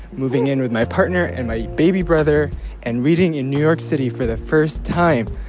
moving in with my partner and my baby brother and reading in new york city for the first time.